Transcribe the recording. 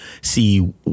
see